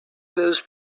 those